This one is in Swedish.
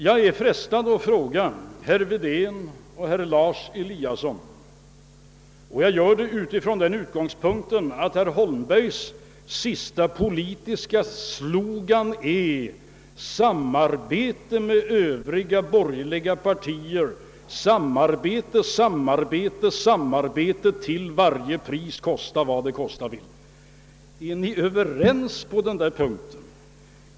Jag är frestad att fråga herr Wedén och herr Eliasson i Sundborn — och jag gör det från den utgångspunkten att herr Holmbergs senaste politiska slogan är »samarbete med övriga borgerliga partier, samarbete, samarbete, samarbete till varje pris, kosta vad det kosta vill»: Är ni överens på den punkten?